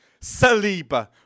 Saliba